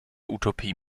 utopie